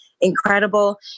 incredible